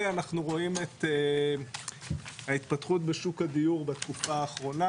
רואים את ההתפתחות בשוק הדיור בתקופה האחרונה.